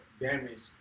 damaged